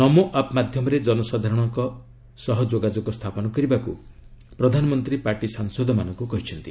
ନମୋ app ମାଧ୍ୟମରେ ସାଧାରଣ ଲୋକଙ୍କ ସହ ଯୋଗାଯୋଗ ସ୍ଥାପନ କରିବାକୁ ପ୍ରଧାନମନ୍ତ୍ରୀ ପାର୍ଟି ସାଂସଦମାନଙ୍କୁ କହିଛନ୍ତି